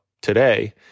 today